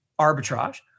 arbitrage